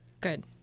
Good